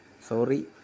sorry